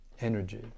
energy